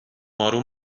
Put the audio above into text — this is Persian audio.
آروم